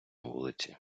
вулиці